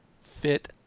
fit